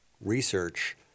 research